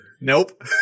Nope